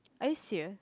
are you serious